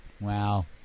Wow